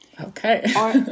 Okay